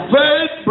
faith